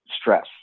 stress